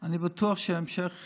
אני בטוח שבהמשך